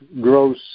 gross